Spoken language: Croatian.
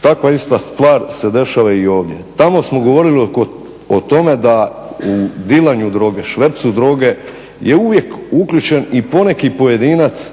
Takva ista stvar se dešava i ovdje. Tamo smo govorili o tome da u dilanju droge, u švercu droge je uvijek uključen i poneki pojedinac